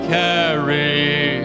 carry